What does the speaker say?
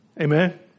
Amen